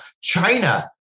China